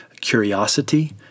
curiosity